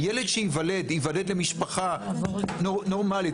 הילד שייוולד ייוולד למשפחה נורמלית,